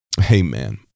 Amen